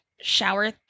shower